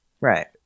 Right